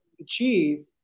achieve